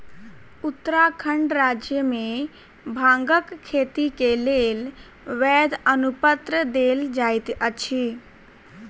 उत्तराखंड राज्य मे भांगक खेती के लेल वैध अनुपत्र देल जाइत अछि